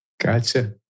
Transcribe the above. Gotcha